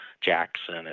Jackson